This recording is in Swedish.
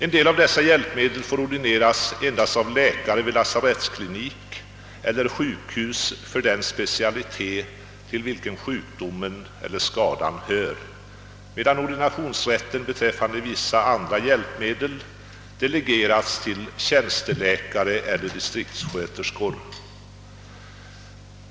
En del av dessa hjälpmedel får ordineras endast av läkare vid lasarettsklinik eller sjukhus för den specialitet till vilken sjukdomen eller skadan hör, medan ordinationsrätten beträffande vissa andra hjälpmedel delegerats till tjänsteläkare eller distriktssköterskor.